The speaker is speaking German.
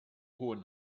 hohen